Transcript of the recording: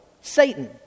Satan